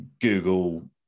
google